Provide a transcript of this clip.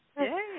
Yay